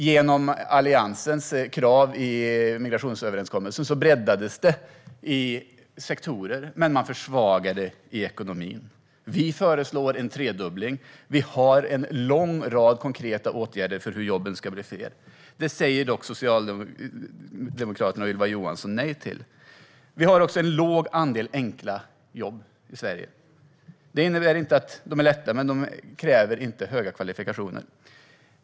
Genom Alliansens krav i migrationsöverenskommelsen breddades det i sektorer, men man försvagar det i ekonomin. Vi föreslår en tredubbling. Vi har en lång rad konkreta åtgärder för hur jobben ska bli fler. Det säger dock Socialdemokraterna och Ylva Johansson nej till. Vi har också en låg andel enkla jobb i Sverige. Det innebär inte att de är lätta, men de kräver inte höga kvalifikationer.